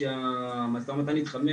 כשהמשא ומתן יתחמם,